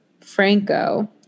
Franco